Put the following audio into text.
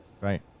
right